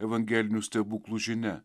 evangelinių stebuklų žinia